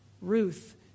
Ruth